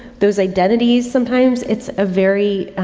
those identities sometimes it's a very,